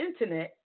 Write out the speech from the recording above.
Internet